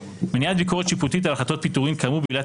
מניעת ביקורת שיפוטית על החלטות פיטורין כאמור בעילת